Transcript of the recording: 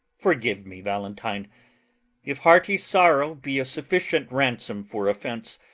forgive me, valentine if hearty sorrow be a sufficient ransom for offence,